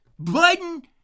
Biden